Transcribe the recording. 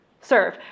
serve